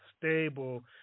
stable